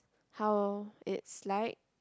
how it's like